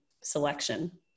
selection